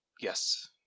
Yes